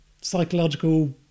psychological